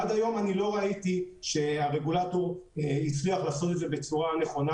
עד היום אני לא ראיתי שהרגולטור הצליח לעשות את זה בצורה נכונה.